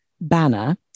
banner